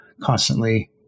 constantly